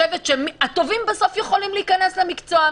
והטובים בסוף יכולים להיכנס למקצוע.